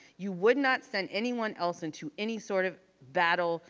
you would not send anyone else into any sort of battle,